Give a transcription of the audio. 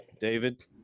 david